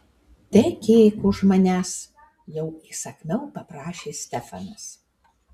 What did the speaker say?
tekėk už manęs jau įsakmiau paprašė stefanas